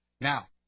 Now